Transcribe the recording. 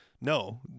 No